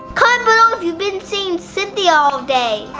comment below if you've been seeing cynthia all day.